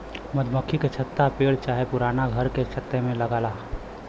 मधुमक्खी के छत्ता पेड़ चाहे पुराना घर के छत में लगला